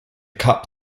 cup